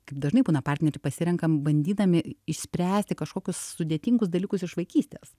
kaip dažnai būna partnerį pasirenkam bandydami išspręsti kažkokius sudėtingus dalykus iš vaikystės